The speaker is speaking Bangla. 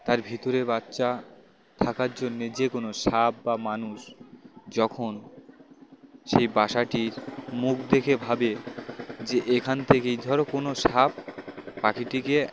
তার ভিতরে বাচ্চা থাকার জন্যে যে কোনো সাপ বা মানুষ যখন সেই বাসাটির মুখ দেখে ভাবে যে এখান থেকেই ধরো কোনো সাপ পাখিটিকে